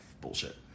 bullshit